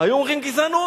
היו אומרים: גזענות.